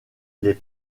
les